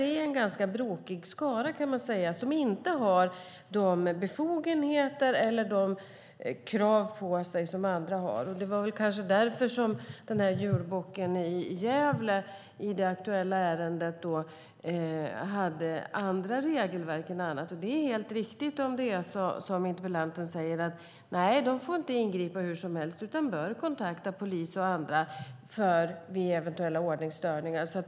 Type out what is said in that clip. Det är en ganska brokig skara som inte har de befogenheter eller de krav på sig som väktare har. Det var kanske därför som man i fallet med julbocken i Gävle hade andra regler. Det är helt riktigt som interpellanten säger att de inte får ingripa hur som helst utan bör kontakta polis och andra vid eventuella ordningsstörningar.